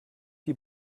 die